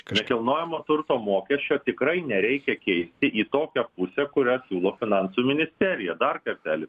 nekilnojamo turto mokesčio tikrai nereikiakeisti į tokią pusę kurią siūlo finansų ministerija dar kartelį